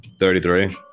33